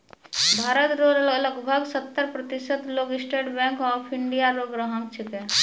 भारत रो लगभग सत्तर प्रतिशत लोग स्टेट बैंक ऑफ इंडिया रो ग्राहक छिकै